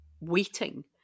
waiting